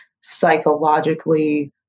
psychologically